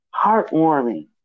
heartwarming